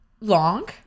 long